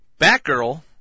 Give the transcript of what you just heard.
Batgirl